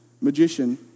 magician